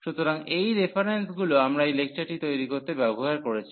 সুতরাং এই রেফারেন্সগুলি আমরা এই লেকচারটি তৈরি করতে ব্যবহার করেছি